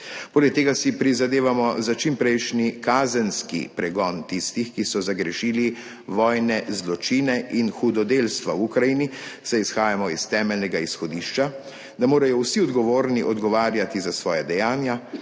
Poleg tega si prizadevamo za čimprejšnji kazenski pregon tistih, ki so zagrešili vojne zločine in hudodelstva v Ukrajini, saj izhajamo iz temeljnega izhodišča, da morajo vsi odgovorni odgovarjati za svoja dejanja,